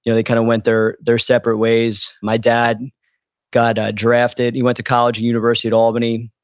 you know they kind of went their their separate ways. my dad got drafted. he went to college, university at albany,